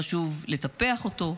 חשוב לטפח אותו,